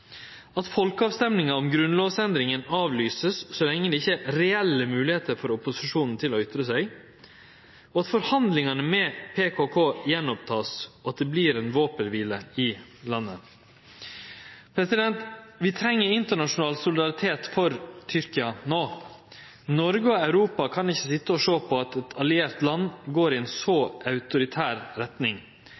at folkerøystinga om grunnlovsendringa vert avlyst så lenge det ikkje er reelle moglegheiter for opposisjonen til å ytre seg, at forhandlingane med PPK vert tekne opp att, og at det vert våpenkvile i landet. Vi treng internasjonal solidaritet for Tyrkia no. Noreg og Europa kan ikkje sitje og sjå på at eit alliert land går i ei så autoritær retning.